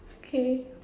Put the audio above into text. okay